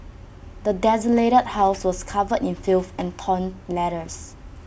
the desolated house was covered in filth and torn letters